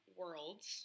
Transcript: worlds